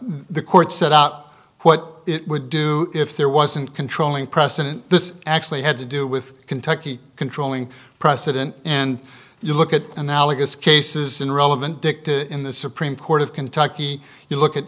the court set up what it would do if there wasn't controlling president this actually had to do with kentucky controlling president and you look at analogous cases in relevant dicta in the supreme court of kentucky you look at